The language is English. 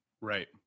Right